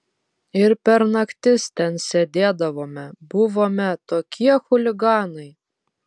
ir per naktis ten sėdėdavome buvome tokie chuliganai